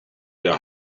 der